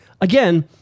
again